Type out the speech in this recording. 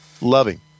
Loving